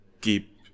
keep